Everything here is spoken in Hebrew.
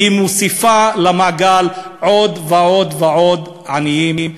והיא מוסיפה למעגל עוד ועוד ועוד עניים.